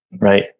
right